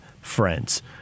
friends